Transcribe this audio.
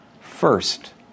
First